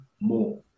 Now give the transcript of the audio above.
more